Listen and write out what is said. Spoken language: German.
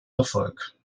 erfolg